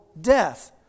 Death